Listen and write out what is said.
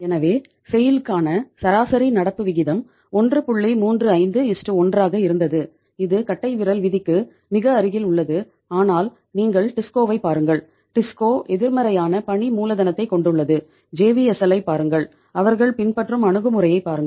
எனவே செய்ல் ஐப் பாருங்கள் அவர்கள் பின்பற்றும் அணுகுமுறையைப் பாருங்கள்